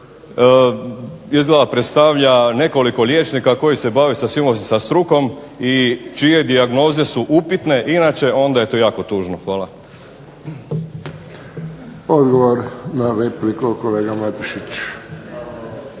izgleda predstavlja nekoliko liječnika koji se bave sa svim osim sa strukom i čije dijagnoze su upitne inače onda je to jako tužno. Hvala. **Friščić, Josip (HSS)** Odgovor na repliku kolega Matušić.